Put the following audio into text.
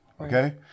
Okay